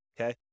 okay